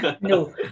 No